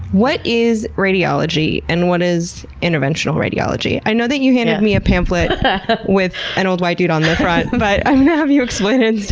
what is radiology and what is interventional radiology? i know that you handed me a pamphlet with an old white dude on the front, but i'm going to have you explain it instead.